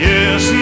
Yes